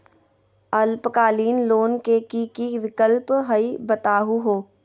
अल्पकालिक लोन के कि कि विक्लप हई बताहु हो?